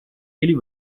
или